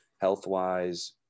health-wise